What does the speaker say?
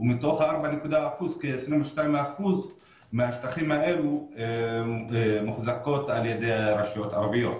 ומתוך 4.4% כ-22% מהשטחים האלו מוחזקים על ידי רשויות ערביות.